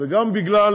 וגם בגלל